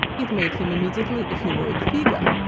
it made him immediately a heroic figure.